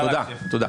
תודה.